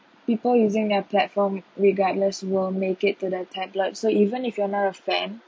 people using their platform regardless will make it to the tabloids so even if you are not a fan